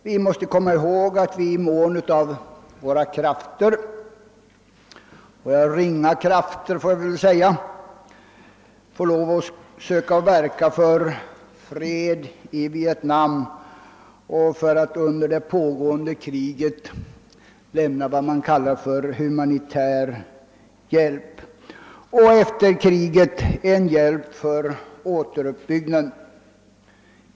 Vi måste komma ihåg att vi efter måttet av våra ringa krafter får lov att försöka verka för fred i Vietnam, för att under det pågående kriget lämna humanitär hjälp och efter kriget hjälp för återuppbyggnaden.